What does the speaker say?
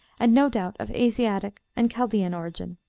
and no doubt of asiatic and chaldean origin.